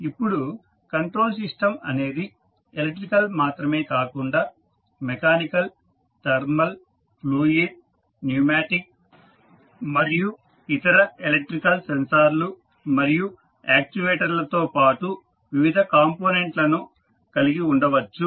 ఇప్పుడు control system అనేది electrical మాత్రమే కాకుండా మెకానికల్ థర్మల్ ఫ్లూయిడ్ న్యూమాటిక్ మరియు ఇతర ఎలక్ట్రికల్ సెన్సార్లు మరియు ఆక్చుయేటర్ పాటు వివిధ కాంపొనెంట్ లను కలిగి ఉండవచ్చు